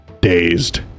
dazed